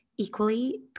equally